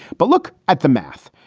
but look at the math.